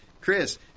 Chris